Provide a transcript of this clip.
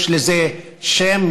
יש לזה שם,